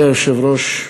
אדוני היושב-ראש,